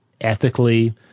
ethically